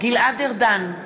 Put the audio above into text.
גלעד ארדן,